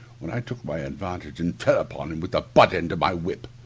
when i took my advantage, and fell upon him with the butt-end of my whip.